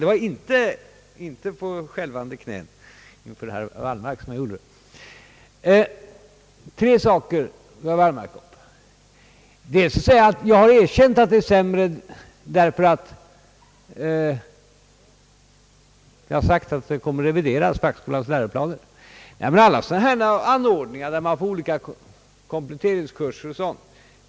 Det var inte på skälvande knän inför herr Wallmark som jag gjorde det! Vi har inte erkänt att det är sämre i och med att vi sagt att fackskolans läroplaner kommer att revideras. Kompletteringskurser etc.